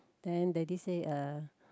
then daddy say uh